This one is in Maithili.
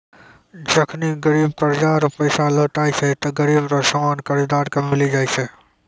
जखनि गिरब कर्जा रो पैसा लौटाय छै ते गिरब रो सामान कर्जदार के मिली जाय छै